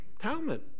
talmud